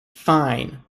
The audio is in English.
fine